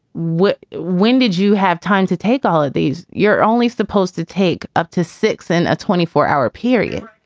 what when did you have time to take all of these? you're only supposed to take up to six in a twenty four hour period.